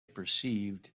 perceived